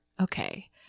Okay